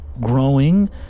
growing